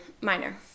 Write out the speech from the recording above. Minor